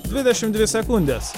dvidešim dvi sekundės